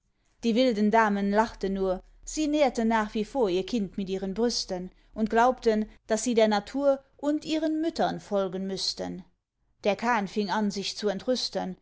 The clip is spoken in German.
die wilden damen lachten nur sie nährten nach wie vor ihr kind mit ihren brüsten und glaubten daß sie der natur und ihren müttern folgen müßten der chan fing an sich zu